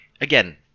Again